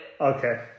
Okay